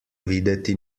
videti